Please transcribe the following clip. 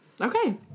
Okay